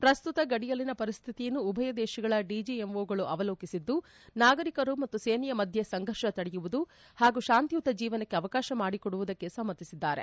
ಪ್ರಸ್ತುತ ಗಡಿಯಲ್ಲಿನ ಪರಿಸ್ಥಿತಿಯನ್ನು ಉಭಯ ದೇಶಗಳ ಡಿಜಿಎಂಒಗಳು ಅವಲೋಕಿಸಿದ್ದು ನಾಗರಿಕರು ಮತ್ತು ಸೇನೆಯ ಮಧ್ಯೆ ಸಂಘರ್ಷ ತಡೆಯುವುದು ಹಾಗೂ ಶಾಂತಿಯುತ ಜೀವನಕ್ಕೆ ಅವಕಾಶ ಮಾಡಿಕೊಡುವುದಕ್ಕೆ ಸಮ್ಮತಿಸಿದ್ದಾರೆ